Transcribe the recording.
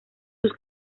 sus